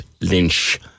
Lynch